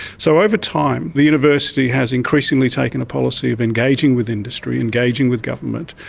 so over time the university has increasingly taken a policy of engaging with industry, engaging with government,